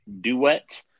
duet